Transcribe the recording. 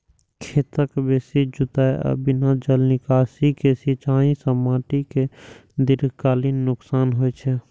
खेतक बेसी जुताइ आ बिना जल निकासी के सिंचाइ सं माटि कें दीर्घकालीन नुकसान होइ छै